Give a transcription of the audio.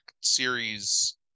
series